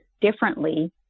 differently